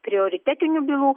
prioritetinių bylų